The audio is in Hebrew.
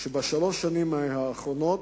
שבשלוש השנים האחרונות,